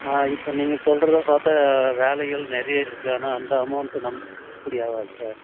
ஆ இப்போ நீங்கள் சொல்றதை பார்த்தா வேலைகள் நிறைய இருக்கு ஆனால் அந்த அமௌண்ட்டு நமக்கு கட்டுப்படி ஆவாது சார்